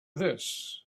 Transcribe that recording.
this